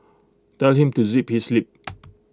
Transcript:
tell him to zip his lip